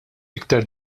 iktar